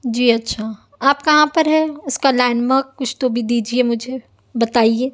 جی اچھا آپ کہاں پر ہیں اس کا لینڈ مارک کچھ تو بھی دیجیے مجھے بتائیے